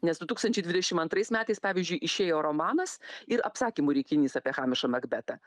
nes du tūkstančiai dvidešimt antrais metais pavyzdžiui išėjo romanas ir apsakymų rinkinys apie hamišą makbetą